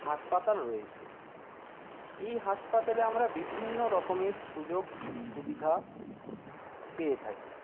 হাসপাতাল রয়েছে এই হাসপাতালে আমরা বিভিন্ন রকমের সুযোগ সুবিধা পেয়ে থাকি